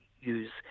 use